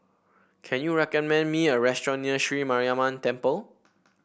can you recommend me a restaurant near Sri Mariamman Temple